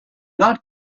not